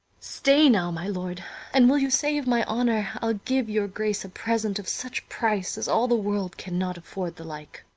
stay now, my lord and, will you save my honour, i'll give your grace a present of such price as all the world can not afford the like.